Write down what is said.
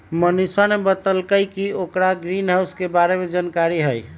मनीषवा ने बतल कई कि ओकरा ग्रीनहाउस के बारे में जानकारी हई